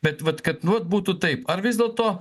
bet vat kad nu vat būtų taip ar vis dėlto